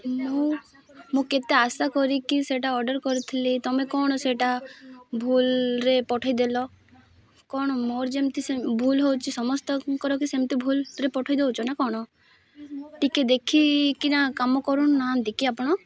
ମୁଁ ମୁଁ କେତେ ଆଶା କରିକି ସେଇଟା ଅର୍ଡ଼ର୍ କରିଥିଲି ତମେ କ'ଣ ସେଇଟା ଭୁଲ୍ରେ ପଠେଇ ଦେଲ କ'ଣ ମୋର ଯେମିତି ଭୁଲ୍ ହେଉଛି ସମସ୍ତଙ୍କର କି ସେମିତି ଭୁଲ୍ରେ ପଠେଇ ଦଉଛି ନା କ'ଣ ଟିକେ ଦେଖିକିନା କାମ କରୁ ନାହାନ୍ତି କି ଆପଣ